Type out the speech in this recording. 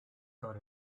got